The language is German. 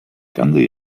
ganze